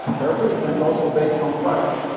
purpose and also based on price.